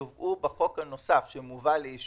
עיקר השימושים יובאו בחוק הנוסף שמובא לאישור